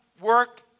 work